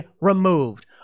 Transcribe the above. removed